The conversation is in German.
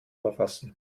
verfassen